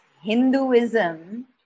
Hinduism